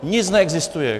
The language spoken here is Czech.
Nic neexistuje!